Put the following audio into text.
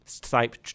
type